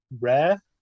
rare